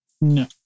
No